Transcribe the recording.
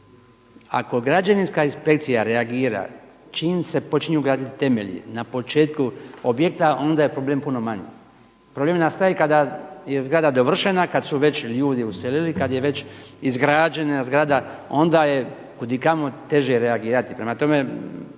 Ako građevinska inspekcija reagira čim se počinju graditi temelji na početku objekta onda je problem puno manji. Problem nastaje kada je zgrada dovršena, kada su već ljudi uselili, kada je već izgrađena zgrada onda je kudikamo teže reagirati. Prema tome,